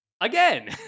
Again